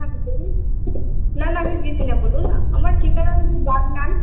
হ্যাঁ বলুন না না আমি বিজি না বলুন আমার ঠিকানা হলো বাগনান